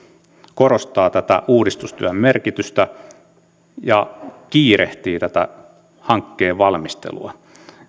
korostaa tätä uudistustyön merkitystä ja kiirehtii tätä hankkeen valmistelua